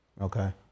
Okay